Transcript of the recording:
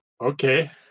Okay